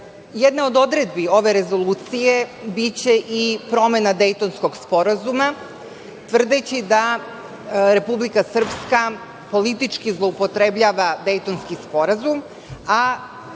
od odredbi ove rezolucije biće i promena Dejtonskog sporazuma, tvrdeći da Republika Srpska politički zloupotrebljava Dejtonski sporazum,